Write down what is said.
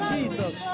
Jesus